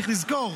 צריך לזכור,